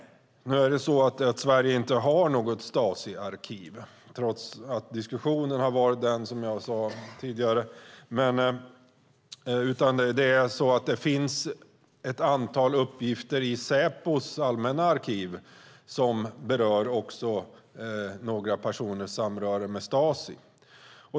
Sverige har inte något Stasiarkiv trots att denna diskussion har förts, som jag sade tidigare. Däremot finns det ett antal uppgifter i Säpos allmänna arkiv som berör några personers samröre med Stasi.